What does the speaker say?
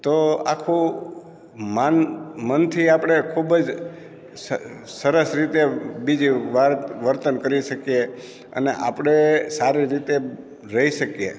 તો આખું મન મનથી આપણે ખૂબ જ સ અ સરસ રીતે બીજે વર્તન કરી શકીએ અને આપણે સારી રીતે રઈ શકીએ